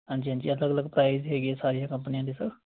ਹਾਂਜੀ ਹਾਂਜੀ ਅਲੱਗ ਅਲੱਗ ਪ੍ਰਾਈਜ਼ ਹੈਗੇ ਸਾਰੀਆਂ ਕੰਪਨੀਆਂ ਦੇ ਸਰ